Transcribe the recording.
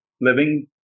Living